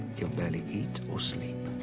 he'll barely eat or sleep.